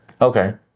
Okay